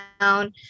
down